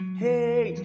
hey